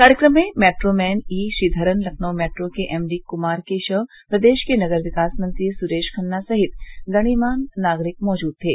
कार्यक्रम में metro man E Sreedharan Lucknow metro के एमडी कुमार केशव प्रदेश के नगर विकास मंत्री सुरेश खन्ना सहित गण्यमान्य नागरिक मौजूद थे